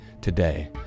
today